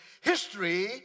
history